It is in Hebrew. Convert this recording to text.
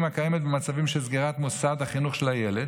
הקיימת במצבים של סגירת מוסד החינוך של הילד